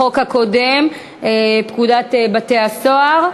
בחוק הקודם, פקודת בתי-הסוהר,